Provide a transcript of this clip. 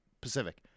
Pacific